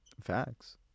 Facts